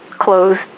closed